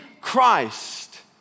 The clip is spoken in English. Christ